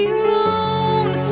alone